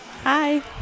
Hi